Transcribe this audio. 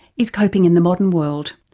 is coping in the modern world.